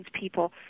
people